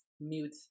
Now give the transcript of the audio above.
mute